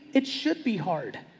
it should be hard.